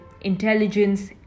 intelligence